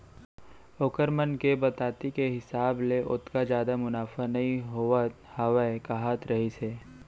ओखर मन के बताती के हिसाब ले ओतका जादा मुनाफा नइ होवत हावय कहत रहिस हे